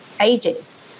ages